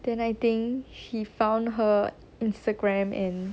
then I think he found her instagram and